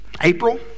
April